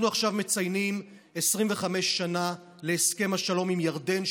אנחנו מציינים עכשיו 25 שנה להסכם השלום עם ירדן,